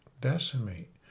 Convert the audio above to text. decimate